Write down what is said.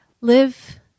live